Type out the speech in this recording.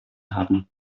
haben